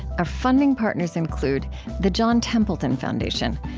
our funding partners include the john templeton foundation.